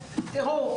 תראו,